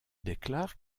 déclare